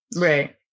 Right